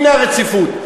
הנה הרציפות.